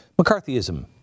McCarthyism